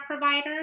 providers